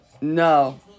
No